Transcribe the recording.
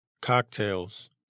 cocktails